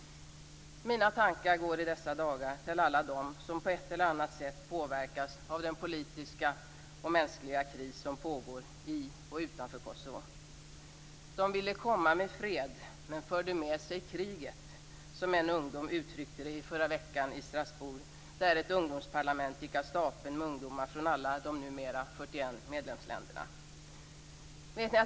Mina tankar går i dessa dagar till alla dem som på ett eller annat sätt påverkas av den politiska och mänskliga krisen i och utanför Kosovo. "De ville komma med fred - men förde med sig kriget". Så uttryckte sig en ungdom förra veckan i Strasbourg där ett ungdomsparlament gick av stapeln med ungdomar från alla de numera 41 medlemsländerna.